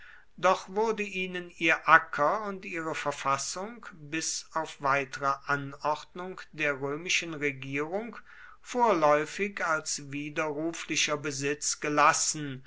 doch wurde ihnen ihr acker und ihre verfassung bis auf weitere anordnung der römischen regierung vorläufig als widerruflicher besitz gelassen